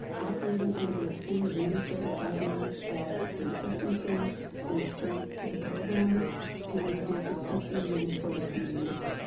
operating under the same administrative guidelines adds consistency and strength to the programs and reduces confusion for the community.